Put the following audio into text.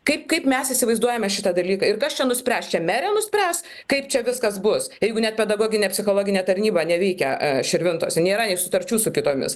kaip kaip mes įsivaizduojame šitą dalyką ir kas čia nuspręs čia merė nuspręs kaip čia viskas bus jeigu net pedagoginė psichologinė tarnyba neveikia širvintose nėra ir sutarčių su kitomis